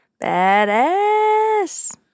Badass